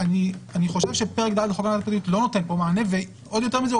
אני חושב שפרק ד' בחוק הגנת הפרטיות לא נותן פה מענה ויותר מזה,